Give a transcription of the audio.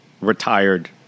retired